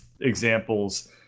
examples